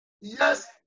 Yes